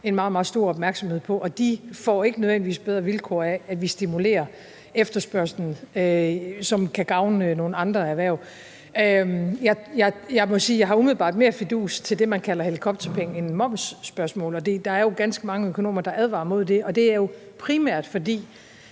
en meget, meget stor opmærksomhed på, og de får ikke nødvendigvis bedre vilkår af, at vi stimulerer efterspørgslen, som kan gavne nogle andre erhverv. Jeg må sige, at jeg umiddelbart har mere fidus til det, man kalder helikopterpenge, end til momsspørgsmålet, og der er jo ganske mange økonomer, der advarer mod det. Det er jo primært, fordi